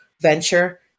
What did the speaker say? venture